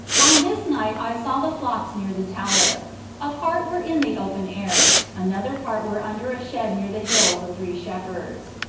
on this night i saw the flocks near the tower a part were in the open air, another part were under a shed near the hill of the three shepherds.